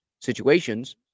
situations